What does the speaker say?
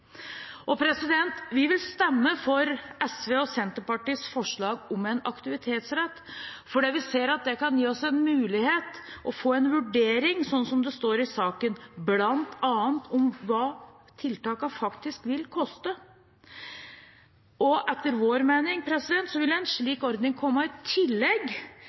Vi vil stemme for SVs og Senterpartiets forslag om en aktivitetsrett, for vi ser at det kan gi oss en mulighet til å få en vurdering, sånn som det står i saken, bl.a. om hva tiltakene faktisk vil koste. Etter vår mening vil en slik ordning komme i tillegg